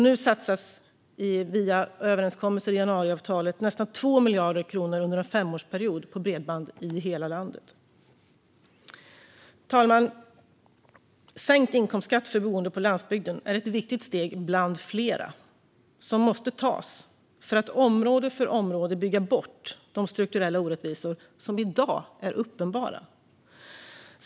Nu satsas via överenskommelser i januariavtalet nästan 2 miljarder kronor under en femårsperiod på bredband i hela landet. Fru talman! Sänkt inkomstskatt för boende på landsbygden är ett viktigt steg bland flera som måste tas för att område för område bygga bort de strukturella orättvisor som i dag är uppenbara.